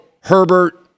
Herbert